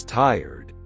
tired